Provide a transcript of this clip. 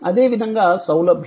అదేవిధంగా సౌలభ్యం